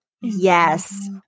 Yes